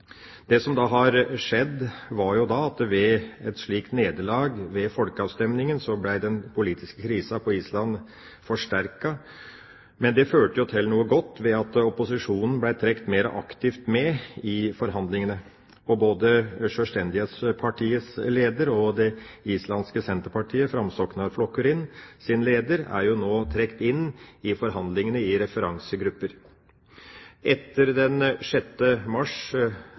var at ved et slikt nederlag ved folkeavstemninga ble den politiske krisen på Island forsterket. Men det førte til noe godt, ved at opposisjonen ble trukket mer aktivt med i forhandlingene. Både Selvstendighetspartiets leder og lederen for det islandske «Senterpartiet», Framsóknarflokkurinn, er jo nå trukket inn i forhandlingene i referansegrupper. Etter den 6. mars